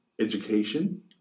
education